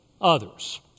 others